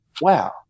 wow